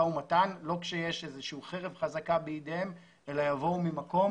ומתן לא כשיש איזושהי חרב חזקה בידיהם אלא יבואו ממקום